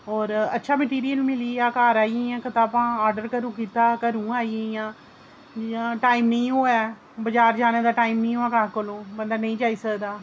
और अच्छा मैटरियल मिली गेआ कताबां घर आई गेईंयां ऑडर घरै कीता ते घर गे आई गेईयां बाजार जाने दा टाइम नेईं होऐ कुसै कौल जां बाजार नेईं जाई सकदा